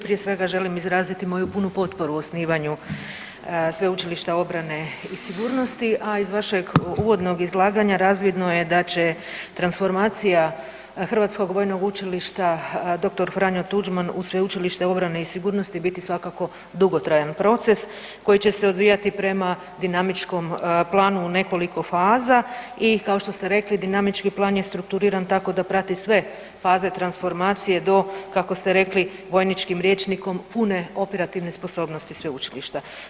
Prije svega želim izraziti moju punu potporu osnivanju Sveučilišta obrane i sigurnosti, a iz vašeg uvodnog izlaganja razvidno je da će transformacija Hrvatskog vojnog učilišta dr. Franjo Tuđman u Sveučilište obrane i sigurnosti biti svakako dugotrajan proces koji će se odvijati prema dinamičkom planu u nekoliko faza i kao što ste rekli dinamički plan je strukturiran tako da prati sve faze transformacije do kako ste rekli vojničkim rječnikom, pune operativne sposobnosti sveučilišta.